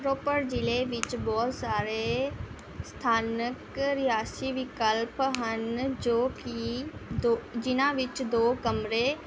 ਰੋਪੜ ਜ਼ਿਲ੍ਹੇ ਵਿੱਚ ਬਹੁਤ ਸਾਰੇ ਸਥਾਨਕ ਰਿਹਾਇਸ਼ੀ ਵਿਕਲਪ ਹਨ ਜੋ ਕਿ ਦੋ ਜਿਨ੍ਹਾਂ ਵਿੱਚ ਦੋ ਕਮਰੇ